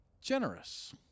generous